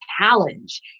challenge